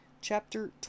chapter